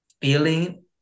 feeling